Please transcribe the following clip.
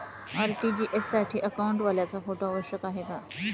RTGS साठी अकाउंटवाल्याचा photo आवश्यक आहे का?